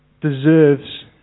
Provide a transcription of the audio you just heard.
deserves